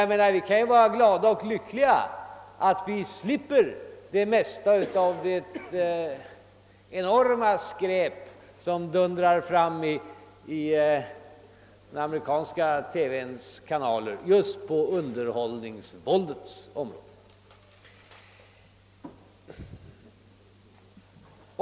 Vi kan ju vara glada och lyckliga över att vi slipper det mesta av den enorma mängd av skräpprogram, som dundrar fram i de amerikanska TV-bolagens kanaler just på underhållningsvåldets område.